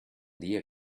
dia